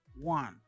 one